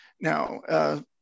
Now